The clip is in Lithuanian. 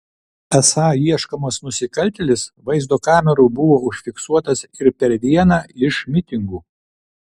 esą ieškomas nusikaltėlis vaizdo kamerų buvo užfiksuotas ir per vieną iš mitingų